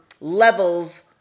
levels